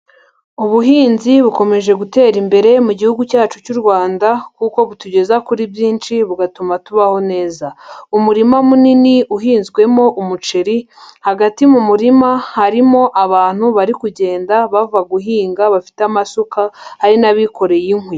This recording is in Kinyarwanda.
Ubuhinzi bukomeje gutera imbere mu gihugu cyacu cy'u Rwanda kuko butugeza kuri byinshi bugatuma tubaho neza, umurima munini uhinzwemo umuceri hagati mu murima harimo abantu bari kugenda bava guhinga, bafite amasuka hari n'abikoreye inkwi.